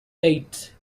eight